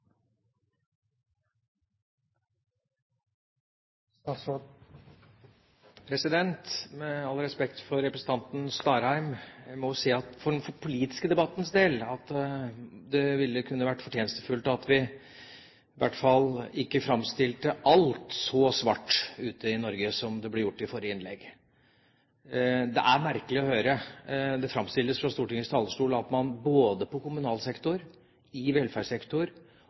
Med all respekt for representanten Starheim må jeg si at for den politiske debattens del kunne det være fortjenstfullt at vi i hvert fall ikke framstilte alt så svart ute i Norge, som det ble gjort i forrige innlegg. Det er merkelig å høre at det framstilles fra Stortingets talerstol som at det på kommunal sektor, i